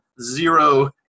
Zero